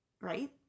right